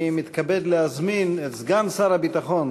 אני מתכבד להזמין את סגן שר הביטחון,